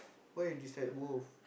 why you dislike both